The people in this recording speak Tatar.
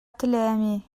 теләми